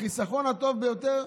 החיסכון הטוב ביותר,